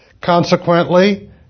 Consequently